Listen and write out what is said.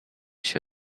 się